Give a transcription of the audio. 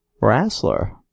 wrestler